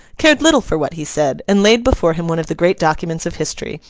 cared little for what he said, and laid before him one of the great documents of history,